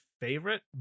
favorite